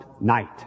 night